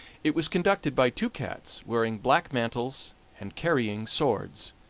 it was conducted by two cats wearing black mantles and carrying swords,